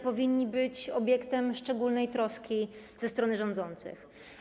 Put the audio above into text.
Powinni być obiektem szczególnej troski ze strony rządzących.